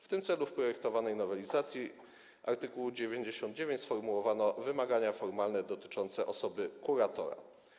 W tym celu w projektowanej nowelizacji art. 99 sformułowano wymagania formalne dotyczące osoby kuratora.